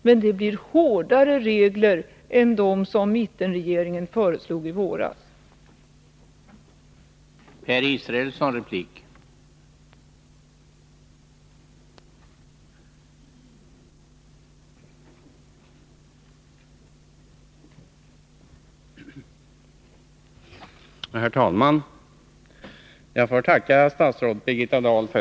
Men det blir hårdare regler än dem som mittenregeringen i våras föreslog.